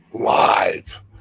live